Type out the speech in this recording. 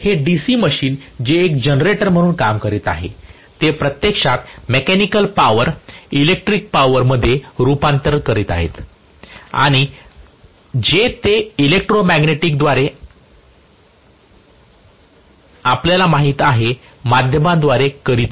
हे DC machine जे एक जनरेटर म्हणून काम करीत आहे ते प्रत्यक्षात मेकॅनिकल पावर इलेक्ट्रिकल पावर मध्ये रूपांतर करीत आहे आणि जे ते इलेक्ट्रोमॅग्नेटिकद्वारे आपल्याला माहित आहे माध्यमांद्वारे करीत आहे